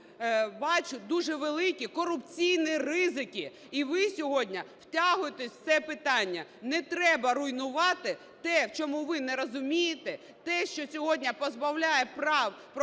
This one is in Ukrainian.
бачу дуже великі корупційні ризики. І ви сьогодні втягуєтесь в це питання. Не треба руйнувати те, в чому ви не розумієте, те, що сьогодні позбавляє прав профспілок